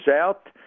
out